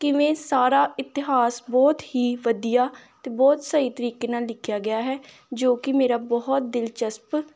ਕਿਵੇਂ ਸਾਰਾ ਇਤਿਹਾਸ ਬਹੁਤ ਹੀ ਵਧੀਆ ਅਤੇ ਬਹੁਤ ਸਹੀ ਤਰੀਕੇ ਨਾਲ ਲਿਖਿਆ ਗਿਆ ਹੈ ਜੋ ਕਿ ਮੇਰਾ ਬਹੁਤ ਦਿਲਚਸਪ